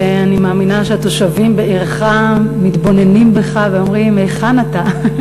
אני מאמינה שהתושבים בעירך מתבוננים בך ואומרים: היכן אתה?